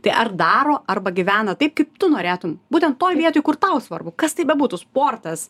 tai ar daro arba gyvena taip kaip tu norėtum būtent toj vietoj kur tau svarbu kas tai bebūtų sportas